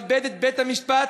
לכבד את בית-המשפט,